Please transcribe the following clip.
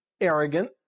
arrogant